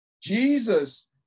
Jesus